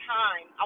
time